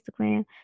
instagram